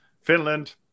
Finland